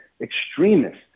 extremists